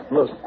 Look